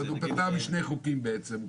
הוא כתב בשני חוקים בעצם.